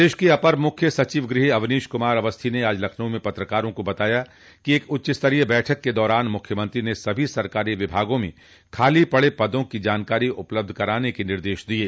प्रदेश के अपर मुख्य सचिव गृह अवनीश कुमार अवस्थी आज लखनऊ में पत्रकारों को बताया कि एक ने उच्चस्तरीय बैठक के दौरान मुख्यमंत्री ने सभी सरकारी विभागों में खाली पड़े पदों की जानकारी उपलब्ध कराने के निर्देश दिये